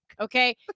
Okay